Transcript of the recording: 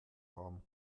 haben